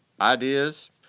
ideas